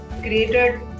created